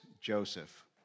Joseph